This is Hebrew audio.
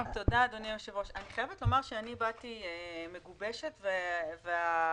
--- אני חייבת לומר שאני באתי מגובשת ומודאגת,